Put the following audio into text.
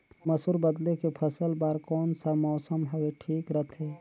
मसुर बदले के फसल बार कोन सा मौसम हवे ठीक रथे?